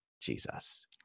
Jesus